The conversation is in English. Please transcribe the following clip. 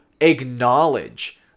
acknowledge